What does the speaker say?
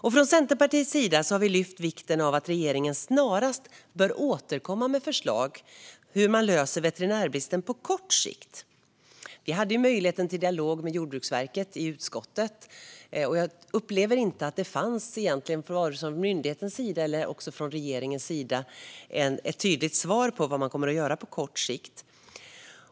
Centerpartiet har lyft fram vikten av att regeringen snarast återkommer med förslag på hur de ska lösa veterinärbristen på kort sikt. Utskottet hade möjligheten att ha en dialog med Jordbruksverket. Jag upplever inte att det från vare sig myndighetens eller regeringens sida egentligen fanns ett tydligt svar på vad man kommer att göra på kort sikt.